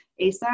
ASAP